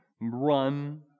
Run